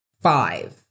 five